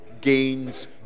gains